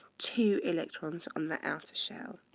two electrons on the outer shell.